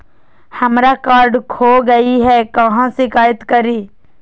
हमरा कार्ड खो गई है, कहाँ शिकायत करी?